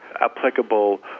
applicable